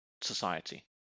society